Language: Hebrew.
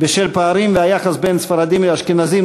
בשל פערים והיחס בין ספרדים ואשכנזים,